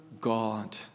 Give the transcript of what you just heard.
God